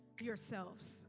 yourselves